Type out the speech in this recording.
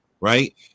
right